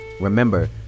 remember